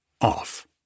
off